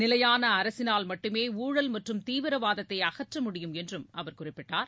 நிலையான அரசினால் மட்டுமே ஊழல் மற்றும் தீவிரவாதத்தை அகற்ற முடியும் என்றும் அவர் குறிப்பிட்டார்